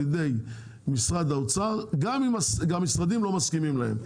ידי משרד האוצר גם אם המשרדים לא מסכימים להם.